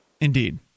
Indeed